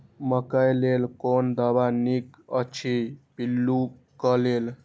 मकैय लेल कोन दवा निक अछि पिल्लू क लेल?